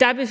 Der blev